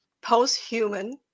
post-human